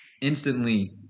instantly